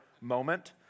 moment